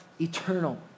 eternal